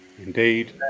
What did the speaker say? Indeed